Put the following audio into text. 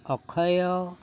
ଅକ୍ଷୟ